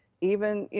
even, you